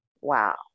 Wow